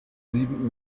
sieben